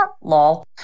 Lol